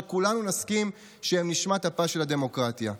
שכולנו נסכים שהם נשמת אפה של הדמוקרטיה.